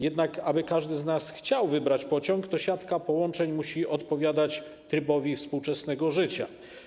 Jednak, aby każdy z nas chciał wybrać pociąg, to siatka połączeń musi odpowiadać trybowi współczesnego życia.